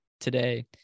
today